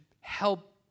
help